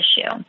issue